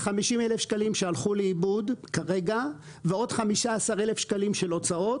50 אלף שקלים שהלכו לאיבוד כרגע ועוד 15 אלף שקלים של הוצאות,